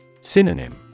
Synonym